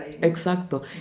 Exacto